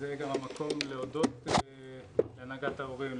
זה גם המקום להודות להנהגת ההורים,